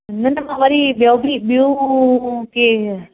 न न मां वरी ॿियो बि ॿियूं के